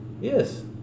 Yes